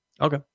Okay